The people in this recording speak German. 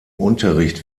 unterricht